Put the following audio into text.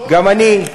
גם אני,